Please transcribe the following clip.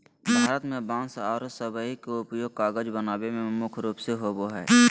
भारत में बांस आरो सबई के उपयोग कागज बनावे में मुख्य रूप से होबो हई